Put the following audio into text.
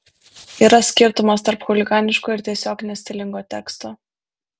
yra skirtumas tarp chuliganiško ir tiesiog nestilingo teksto